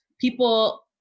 people